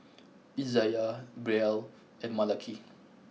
Izaiah Brielle and Malaki